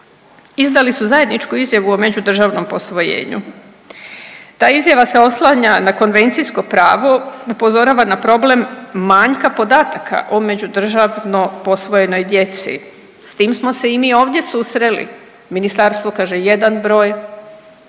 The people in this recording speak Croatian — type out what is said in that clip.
Izdali su zajedničku izjavu o međudržavnom posvojenju. Ta izjava se oslanja na konvencijsko pravo, upozorava na problem manjka podataka o međudržavno posvojenoj djeci. S tim smo se i mi ovdje susreli. Ministarstvo kaže jedan broj,